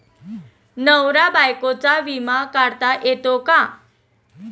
नवरा बायकोचा विमा काढता येतो का?